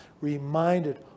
reminded